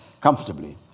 comfortably